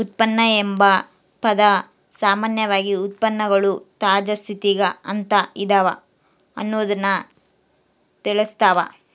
ಉತ್ಪನ್ನ ಎಂಬ ಪದ ಸಾಮಾನ್ಯವಾಗಿ ಉತ್ಪನ್ನಗಳು ತಾಜಾ ಸ್ಥಿತಿಗ ಅಂತ ಇದವ ಅನ್ನೊದ್ದನ್ನ ತಿಳಸ್ಸಾವ